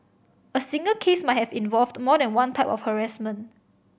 a single case might have involved more than one type of harassment